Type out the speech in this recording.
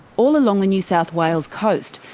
all along the new south wales coast,